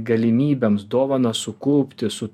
galimybėms dovaną sukaupti su